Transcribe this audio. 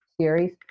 series